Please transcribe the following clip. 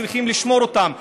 צריכים לשמור אותם,